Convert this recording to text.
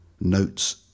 notes